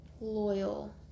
Loyal